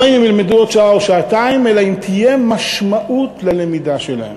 אם ילמדו עוד שעה או שעתיים אלא אם תהיה משמעות ללמידה שלהם,